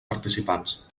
participants